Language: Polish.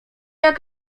jak